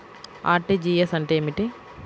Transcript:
RTGS అంటే ఏమిటి?